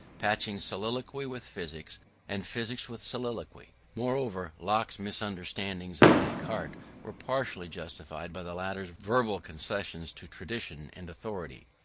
patching soliloquy with physics and physics with soliloquy. moreover, locke's misunderstandings of descartes were partly justified by the latter's verbal concessions to tradition and authority.